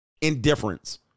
Indifference